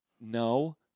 No